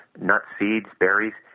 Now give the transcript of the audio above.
nuts, seeds, berries,